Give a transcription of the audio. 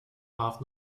warf